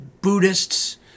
Buddhists